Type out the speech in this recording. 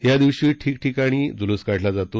या दिवशी ठीकठिकाणी जुलूस काढला जातो